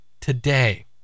today